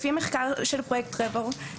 לפי מחקר של פרויקט Trevor,